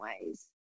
ways